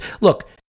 look